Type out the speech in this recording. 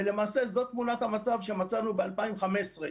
ולמעשה, זאת תמונת המצב שמצאנו ב-2015.